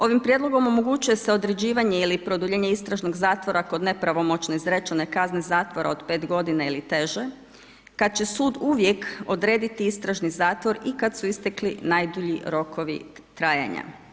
Ovim prijedlogom omogućuje se određivanje ili produljenje istražnog zatvora kod nepravomoćno izrečene kazne zatvora od 5 godina ili teže kad će sud uvijek odrediti istražni zatvor i kad su istekli najdulji rokovi trajanja.